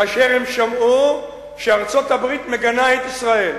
כאשר הם שמעו שארצות-הברית מגנה את ישראל.